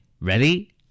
Ready